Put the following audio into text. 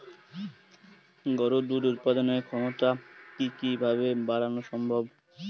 গরুর দুধ উৎপাদনের ক্ষমতা কি কি ভাবে বাড়ানো সম্ভব?